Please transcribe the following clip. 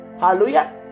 Hallelujah